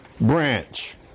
branch